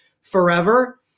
forever